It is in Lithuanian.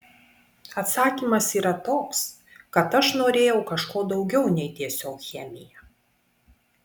atsakymas yra toks kad aš norėjau kažko daugiau nei tiesiog chemija